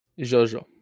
Jojo